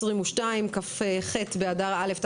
2022 כ"ח באדר א',